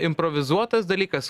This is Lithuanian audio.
improvizuotas dalykas